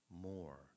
more